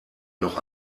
noch